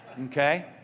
okay